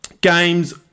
games